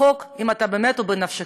החוק, אם הוא באמת בנפשך,